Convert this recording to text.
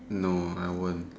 no I won't